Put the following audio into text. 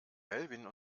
melvin